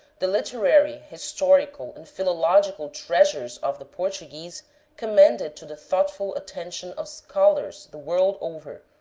the lit erary, historical, and philological treasures of the portuguese commend it to the thoughtful attention of scholars the world over,